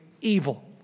evil